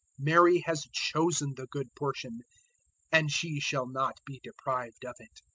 mary has chosen the good portion and she shall not be deprived of it.